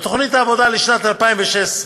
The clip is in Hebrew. בתוכנית העבודה לשנת 2016,